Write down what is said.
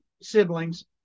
siblings